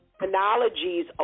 technologies